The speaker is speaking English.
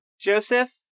joseph